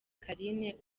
carine